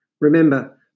Remember